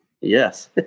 Yes